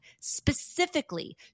specifically